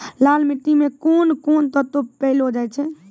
लाल मिट्टी मे कोंन कोंन तत्व पैलो जाय छै?